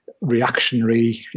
reactionary